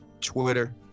Twitter